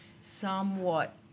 somewhat